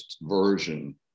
version